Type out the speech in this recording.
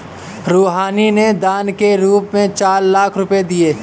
रूहानी ने दान के रूप में चार लाख रुपए दिए